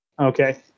Okay